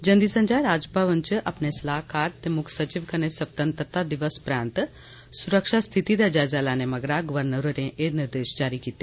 जंदी संझा राजभवन च अपने सलाहकारें ते मुक्ख सचिव कन्नै स्वतंत्रता दिवस परैंत सुरक्षा स्थिति दा जायजा लैने मगरा गवर्नर होरें एह् निर्देश जारी कीते